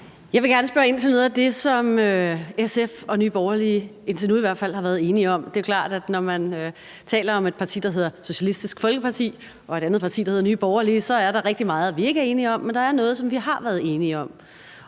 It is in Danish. Jeg vil gerne spørge ind til noget af det, som SF og Nye Borgerlige indtil nu i hvert fald har været enige om. Og det er klart, at når man taler om et parti, der hedder Socialistisk Folkeparti og et andet parti, der hedder Nye Borgerlige, så er der rigtig meget, vi ikke er enige om, men der er noget, som vi har været enige om,